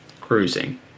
cruising